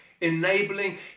enabling